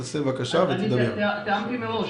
תיאמתי מראש,